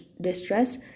distress